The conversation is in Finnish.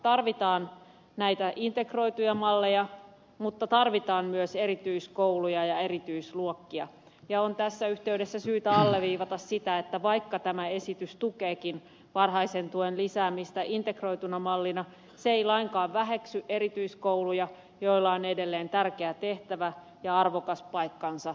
tarvitaan näitä integroituja malleja mutta tarvitaan myös erityiskouluja ja erityisluokkia ja on tässä yhteydessä syytä alleviivata sitä että vaikka tämä esitys tukeekin varhaisen tuen lisäämistä integroituna mallina se ei lainkaan väheksy erityiskouluja joilla on edelleen tärkeä tehtävä ja arvokas paikkansa jatkossakin kunnissa